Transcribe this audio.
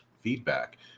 feedback